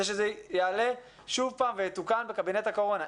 הוא שזה יעלה שוב פעם ויתוקן בקבינט הקורונה.